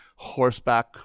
horseback